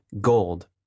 Gold